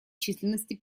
численности